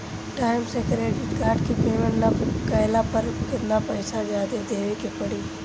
Time से credit card के payment ना कैला पर केतना पईसा जादे देवे के पड़ी?